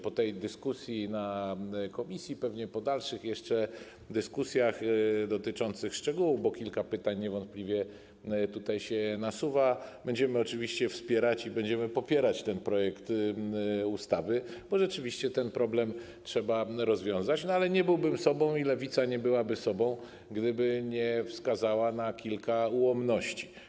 Po dyskusji na posiedzeniu komisji i pewnie po dalszych jeszcze dyskusjach dotyczących szczegółów, bo kilka pytań niewątpliwie tutaj się nasuwa, będziemy oczywiście wspierać i popierać ten projekt ustawy, bo rzeczywiście ten problem trzeba rozwiązać, ale nie byłbym sobą, Lewica nie byłaby sobą, gdyby nie wskazała na kilka ułomności.